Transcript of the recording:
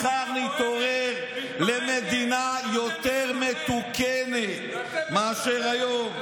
מחר נתעורר למדינה יותר מתוקנת מאשר היום.